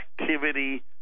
activity